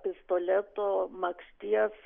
pistoleto makšties